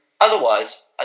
Otherwise